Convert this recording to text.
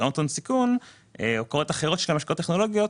קרנות הון סיכון או קרנות אחרות שמשקיעות בטכנולוגיות,